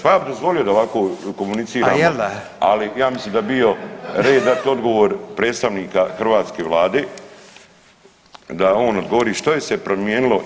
Pa ja bih dozvolio da ovako komuniciramo, ali ja mislim da bi bio red dati odgovor predstavnika hrvatske Vlade, da on odgovori što se promijenilo.